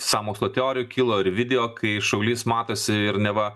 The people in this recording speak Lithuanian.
sąmokslo teorijų kilo ir video kai šaulys matosi ir neva